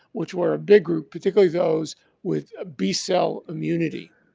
which were a big group, particularly those with a b cell immunity